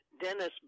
Dennis